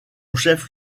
chef